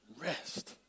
rest